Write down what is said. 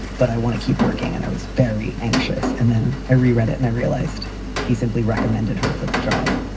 but i want to keep working. and i was very anxious. and then i reread it and i realized he simply recommended her for the job.